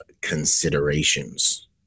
considerations